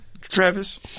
Travis